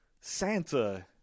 Santa